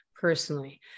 personally